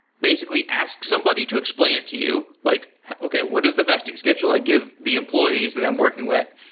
basically, ask somebody to explain it to you, like okay. what is the vesting schedule i give the employees that i'm working with?